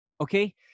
Okay